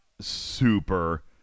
super